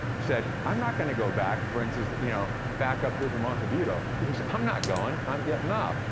said, i'm not gonna go back, for instance, you know, back up here to montevideo. he goes, i'm not goin', i'm gettin' off.